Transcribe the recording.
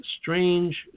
strange